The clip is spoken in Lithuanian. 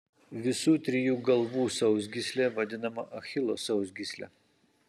visų trijų galvų sausgyslė vadinama achilo sausgysle